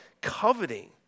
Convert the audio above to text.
coveting